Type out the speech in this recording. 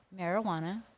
marijuana